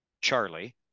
Charlie